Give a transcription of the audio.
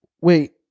wait